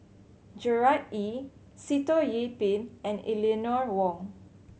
Gerard Ee Sitoh Yih Pin and Eleanor Wong